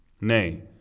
Nay